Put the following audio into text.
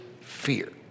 fear